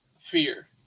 fear